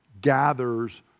gathers